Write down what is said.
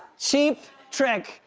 cheap trick,